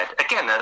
Again